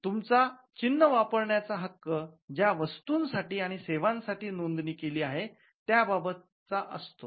तुमचा चिन्ह वापरण्या चा हक्क ज्या वस्तूंसाठी आणि सेवा साठी नोंदणी केली आहे त्या बाबतचा असतो